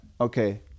Okay